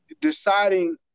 deciding